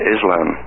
Islam